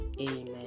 amen